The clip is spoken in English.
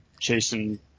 chasing